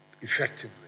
effectively